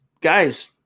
guys